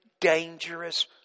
dangerous